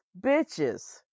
bitches